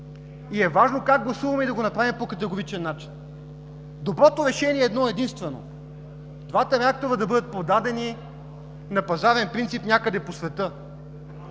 Важно е как гласуваме и да го направим по категоричен начин! Доброто решение е едно-единствено – двата реактора да бъдат продадени на пазарен принцип някъде по света.